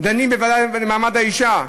בוועדה למעמד האישה?